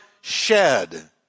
shed